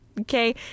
Okay